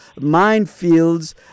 minefields